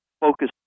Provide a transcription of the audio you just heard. focus